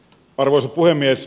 arvoisa puhemies